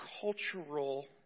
cultural